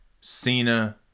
Cena